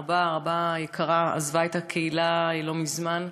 הרבה היקרה עזבה את הקהילה לא מזמן,